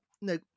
no